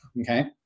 Okay